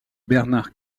bernard